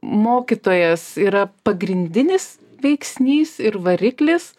mokytojas yra pagrindinis veiksnys ir variklis